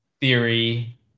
theory